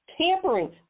tampering